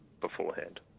beforehand